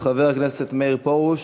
חבר הכנסת מאיר פרוש,